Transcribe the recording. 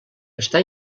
està